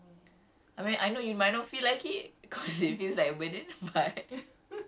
it's nice to know like someone cares for you like someone's looking out for you